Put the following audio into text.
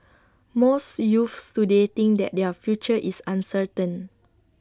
most youths today think that their future is uncertain